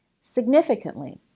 Significantly